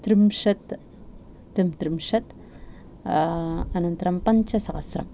त्रिंशत् त्रिं त्रिंशत् अनन्तरं पञ्चसहस्रं